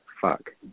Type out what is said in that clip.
fuck